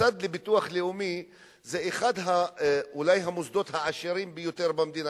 המוסד לביטוח לאומי זה אולי אחד המוסדות העשירים ביותר במדינה,